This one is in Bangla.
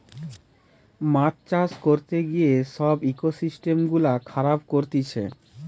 মাছ চাষ করতে গিয়ে সব ইকোসিস্টেম গুলা খারাব করতিছে